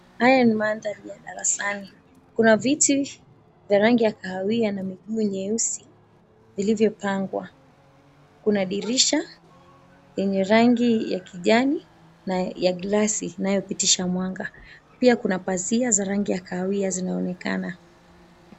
Haya ni mandhari ya darasani. Kuna viti vya rangi ya kahawia na miguu nyeusi vilivyopangwa. Kuna dirisha, yenye rangi ya kijani, na ya glasi inayopitisha mwanga. Pia kuna pazia za rangi ya kahawia zinaonekana.